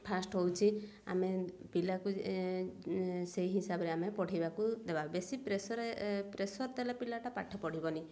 first ହଉଛି ଆମେ ପିଲାକୁ ସେଇ ହିସାବରେ ଆମେ ପଢ଼େଇବାକୁ ଦେବା ବେଶୀ ପ୍ରେସର ପ୍ରେସର ଦେଲେ ପିଲାଟା ପାଠ ପଢ଼ିବନି